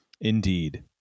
indeed